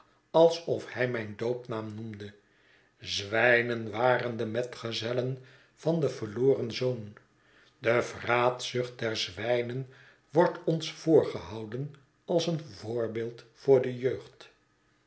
f hij mijn doopnaam noemde zwijnen waren de metgezellen van den verloren zoon de vraatzucht der zwijnen wordt ons voorgehouden als een voorbeeld voor de jeugd